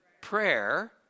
prayer